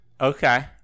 Okay